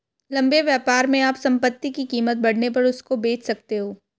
लंबे व्यापार में आप संपत्ति की कीमत बढ़ने पर उसको बेच सकते हो